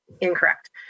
incorrect